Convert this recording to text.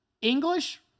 English